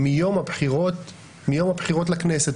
מיום הבחירות לכנסת.